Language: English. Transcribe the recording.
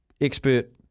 expert